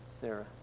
Sarah